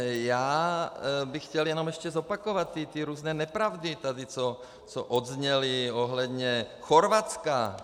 Já bych chtěl jenom ještě zopakovat ty různé nepravdy, co odezněly ohledně Chorvatska.